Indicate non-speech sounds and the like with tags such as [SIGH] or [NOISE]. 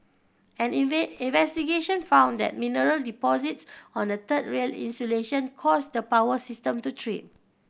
an [UNINTELLIGIBLE] investigation found that mineral deposits on the third rail insulation caused the power system to trip